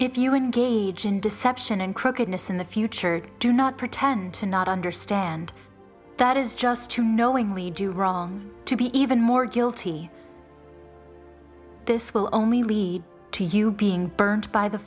engage in deception and crookedness in the future do not pretend to not understand that is just to knowingly do wrong to be even more guilty this will only lead to you being burned by the